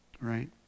right